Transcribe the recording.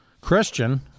Christian